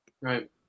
Right